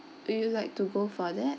would you like to go for that